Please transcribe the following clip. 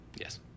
Yes